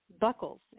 buckles